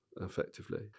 effectively